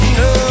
no